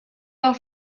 del